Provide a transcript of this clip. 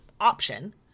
option